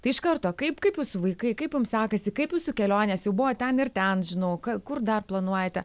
tai iš karto kaip kaip jūsų vaikai kaip jums sekasi kaip jūsų kelionės jau buvot ten ir ten žinau ka kur dar planuojate